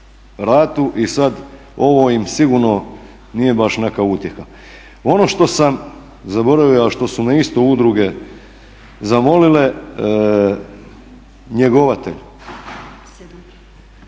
ratu i sad ovo im sigurno nije baš neka utjeha. Ono što sam zaboravio a što su me isto udruge zamolite njegovatelj.